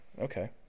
Okay